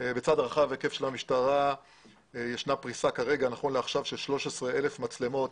במשטרה נכון לעכשיו יש פריסה של 13,000 מצלמות.